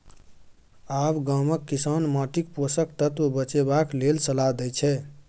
आब गामक किसान माटिक पोषक तत्व बचेबाक लेल सलाह दै छै